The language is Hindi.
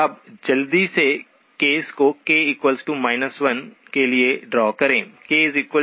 अब जल्दी से केस को k 1 के लिए ड्रा करें